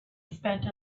spent